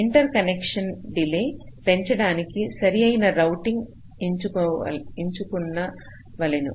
interconnection delay పెంచడానికి సరి అయినా రౌటింగ్ ఎంచుకున్నవలెను